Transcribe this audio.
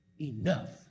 enough